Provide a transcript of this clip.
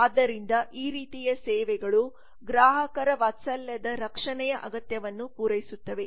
ಆದ್ದರಿಂದ ಈ ರೀತಿಯ ಸೇವೆಗಳು ಗ್ರಾಹಕರ ವಾತ್ಸಲ್ಯದ ರಕ್ಷಣೆಯ ಅಗತ್ಯವನ್ನು ಪೂರೈಸುತ್ತವೆ